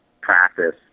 practice